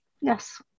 yes